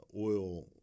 oil